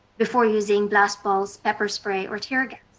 before using blast balls, pepper spray, or teargas.